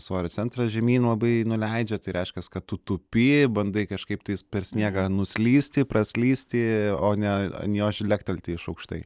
svorio centras žemyn labai nuleidžia tai reiškia kad tu tupi bandai kažkaip tai per sniegą nuslysti praslysti o ne ant jo žlektelti iš aukštai